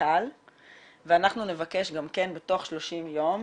למנכ"ל ואנחנו נבקש גם כן בתוך 30 יום